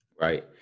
Right